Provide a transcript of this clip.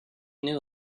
knew